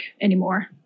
anymore